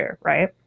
right